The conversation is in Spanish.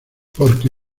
porque